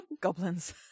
goblins